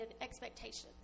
expectations